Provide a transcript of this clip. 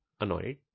annoyed